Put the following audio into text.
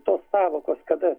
tos sąvokos kada